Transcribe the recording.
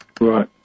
Right